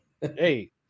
Hey